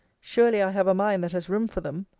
surely i have a mind that has room for them.